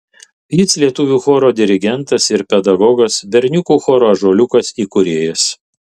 jis lietuvių choro dirigentas ir pedagogas berniukų choro ąžuoliukas įkūrėjas